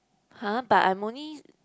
!huh! but I'm only